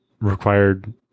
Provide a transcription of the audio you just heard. required